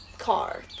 Car